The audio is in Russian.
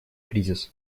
кризиса